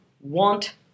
want